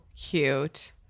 cute